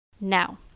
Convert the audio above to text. Now